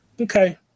okay